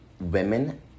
women